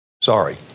Sorry